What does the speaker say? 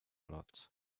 lot